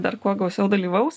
dar kuo gausiau dalyvaus